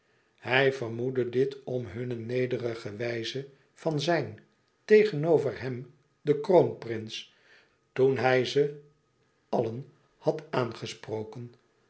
hij vermoedde dit om hunne nederige wijze van zijn tegenover hem den kroonprins toen hij ze allen had aangesproken